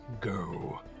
go